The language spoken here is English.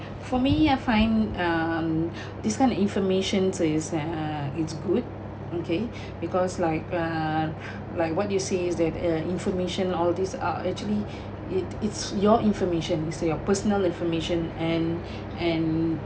for me I find um this kind of information is uh it's good okay because like uh like what you said that uh information all these are actually it it's your information is your personal information and and